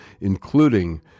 including